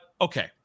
okay